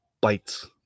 bites